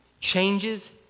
changes